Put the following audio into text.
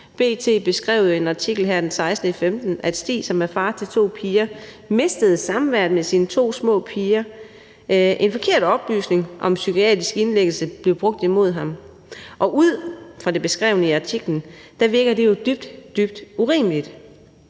B.T. beskrev i en artikel her den 16. maj, at Stig, som er far til to piger, mistede samværet med sine to små piger på grund af en forkert oplysning om en psykiatrisk indlæggelse, som blev brugt imod ham. Ud fra det beskrevne i artiklen virker det jo dybt, dybt urimeligt.